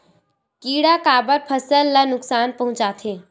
किड़ा काबर फसल ल नुकसान पहुचाथे?